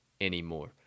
anymore